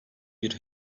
bir